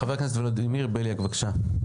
חבר הכנסת ולדימיר בליאק, בבקשה.